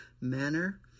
manner